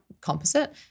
composite